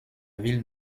ville